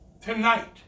tonight